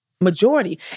majority